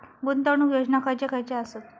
गुंतवणूक योजना खयचे खयचे आसत?